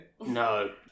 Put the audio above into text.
No